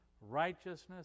righteousness